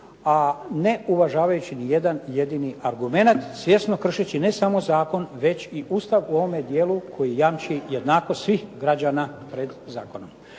a ne uvažavajući ni jedan jedini argumenat svjesno kršeći ne samo zakon već i ustav u ovome dijelu koji jamči jednakost svih građana pred zakonom.